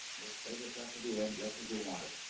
we'll play this out till the end, just as you wanted.